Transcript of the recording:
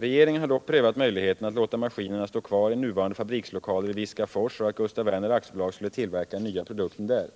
Regeringen har dock prövat möjligheten att låta maskinerna stå kvar i nuvarande fabrikslokaler i Viskafors så att Gustaf Werner AB skulle kunna tillverka den nya produkten där.